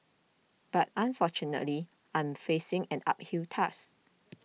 but unfortunately I'm facing an uphill task